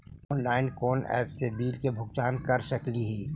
Online कोन app से bill के भुगतान कर सकली ही?